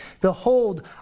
Behold